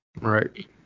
Right